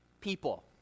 people